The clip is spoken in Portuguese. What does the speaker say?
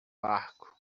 barco